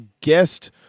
guest